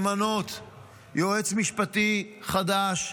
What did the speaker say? למנות יועץ משפטי חדש,